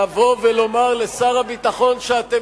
בטח,